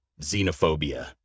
xenophobia